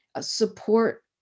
support